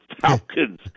Falcons